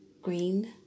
Green